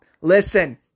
listen